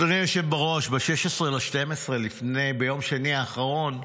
אדוני היושב בראש, ב-16 בדצמבר, ביום שני האחרון,